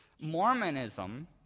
Mormonism